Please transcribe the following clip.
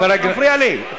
אתה מפריע לי.